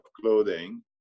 clothing